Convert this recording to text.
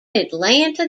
atlanta